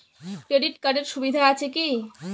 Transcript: Credit কার্ডের সুবিধা কি আছে?